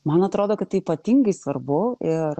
man atrodo kad tai ypatingai svarbu ir